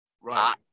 Right